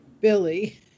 billy